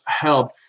help